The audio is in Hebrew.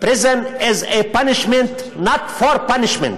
Prison is a punishment, not for punishment.